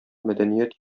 мәдәният